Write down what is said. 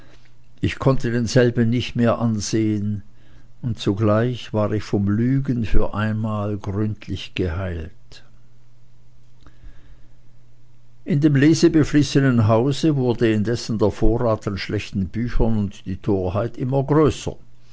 ich konnte denselben nicht mehr ansehen und zugleich war ich vom lügen für einmal gründlich geheilt in dem lesebeflissenen hause wurden indessen der vorrat an schlechten büchern und die torheit immer größer